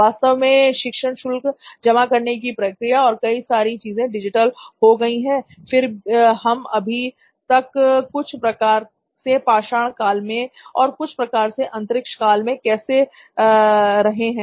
वास्तव में शिक्षण शुल्क जमा करने की प्रक्रिया और कई सारी चीजें डिजिटल हो गई है तो फिर हम अभी तक कुछ प्रकार से पाषाण काल में और कुछ प्रकार से अंतरिक्ष काल में कैसे रह रहे हैं